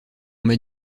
m’a